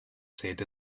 said